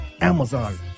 Amazon